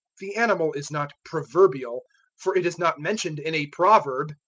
the animal is not proverbial for it is not mentioned in a proverb,